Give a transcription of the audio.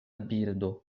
birdo